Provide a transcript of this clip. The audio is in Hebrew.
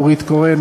נורית קורן,